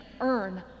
earn